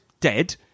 dead